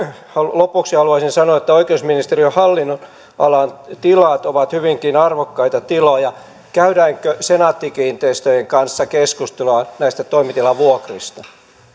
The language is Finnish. lopuksi haluaisin sanoa että oikeusministeriön hallinnonalan tilat ovat hyvinkin arvokkaita tiloja käydäänkö senaatti kiinteistöjen kanssa keskustelua näistä toimitilavuokrista